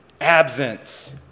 absent